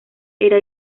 era